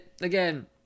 again